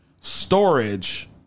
storage